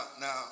now